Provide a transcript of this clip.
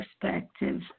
perspective